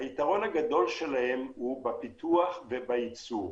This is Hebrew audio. היתרון הגדול שלהם הוא בפיתוח ובייצור.